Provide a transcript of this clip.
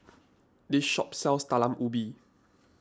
this shop sells Talam Ubi